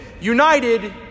united